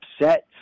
upset